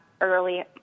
early